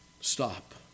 stop